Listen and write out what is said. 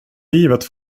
livet